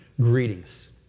greetings